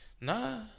Nah